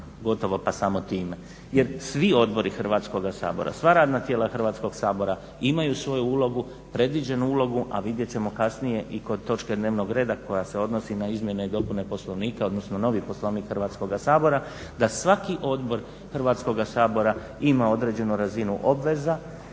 gotovo pa samo time. Jer svi odbori Hrvatskoga sabora, sva radna tijela Hrvatskoga sabora imaju svoju ulogu, predviđenu ulogu, a vidjet ćemo kasnije i kod točke dnevnog reda koja se odnosi na izmjene i dopune Poslovnika, odnosno novi Poslovnik Hrvatskoga sabora, da svaki odbor Hrvatskoga sabora ima određenu razinu obveza